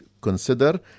consider